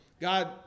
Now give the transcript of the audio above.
God